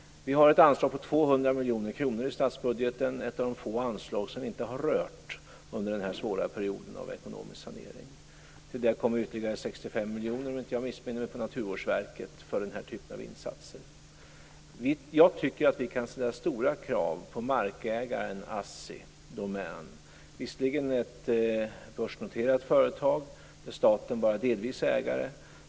Vi har ett anslag på 200 miljoner kronor i statsbudgeten. Det är ett av de få anslagen som inte har rörts under den svåra perioden av ekonomisk sanering. Till det kommer ytterligare 65 miljoner - om jag inte missminner mig - för Naturvårdsverket för den typen av insatser. Jag tycker att vi kan ställa stora krav på markägaren Assi Domän. Det är visserligen ett börsnoterat företag. Men staten är bara delvis ägare.